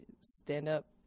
stand-up